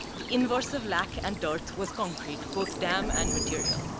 the inverse of lack and dirt was concrete, both dam and material.